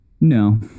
No